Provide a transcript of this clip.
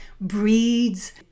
breeds